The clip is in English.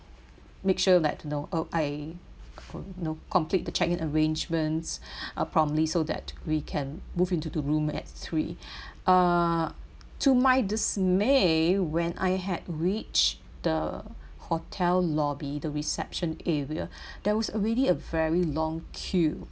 make sure that you know uh I you know complete the check in arrangements uh promptly so that we can move into the room at three uh to my dismay when I had reached the hotel lobby the reception area there was already a very long queue